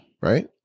right